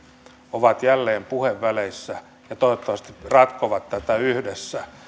ovat jälleen puheväleissä ja toivottavasti ratkovat tätä yhdessä